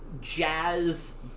jazz